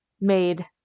made